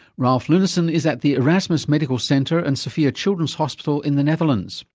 ralph leunissen is at the erasmus medical center and sophia children's hospital in the netherlands.